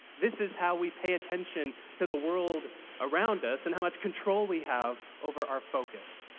this is how we pay attention to the world around us and how much control we have over our focus.